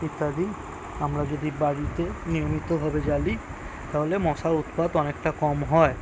ইত্যাদি আমরা যদি বাড়িতে নিয়মিতভাবে জ্বালি তাহলে মশার উৎপাত অনেকটা কম হয়